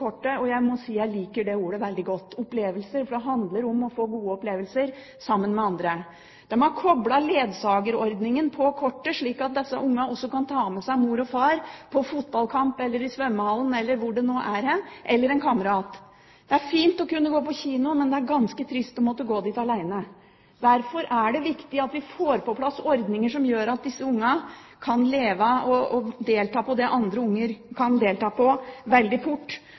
Jeg må si at jeg liker det ordet veldig godt. Det handler om å få gode opplevelser sammen med andre. De har koblet ledsagerordningen til kortet, slik at disse ungene kan ta med seg mor og far eller en kamerat på fotballkamp, i svømmehallen eller hvor det nå er. Det er fint å kunne gå på kino, men det er ganske trist å måtte gå dit alene. Derfor er det viktig at vi veldig fort får på plass ordninger som gjør at disse ungene kan delta i det andre unger kan delta i. Jeg kommer til å jobbe for at det blir en realitet så fort